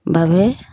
বাবে